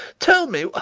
tell me,